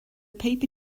paper